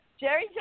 Jerry